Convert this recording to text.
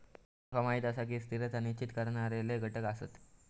माका माहीत आसा, स्थिरता निश्चित करणारे लय घटक आसत